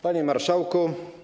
Panie Marszałku!